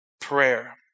Prayer